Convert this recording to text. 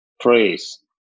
phrase